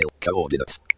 Coordinates